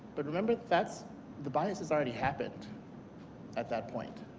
but remember, that's the bias has already happened at that point.